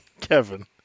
Kevin